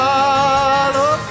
Follow